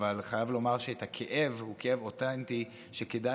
אבל חייב לומר שהכאב הוא כאב אותנטי שכדאי